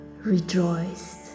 rejoiced